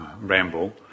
ramble